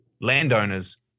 landowners